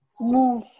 move